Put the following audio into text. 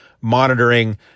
monitoring